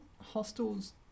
hostels